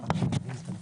בלי ששמעתי את הדברים.